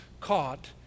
caught